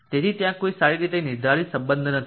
તેથી ત્યાં કોઈ સારી રીતે નિર્ધારિત સંબંધ નથી